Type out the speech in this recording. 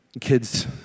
Kids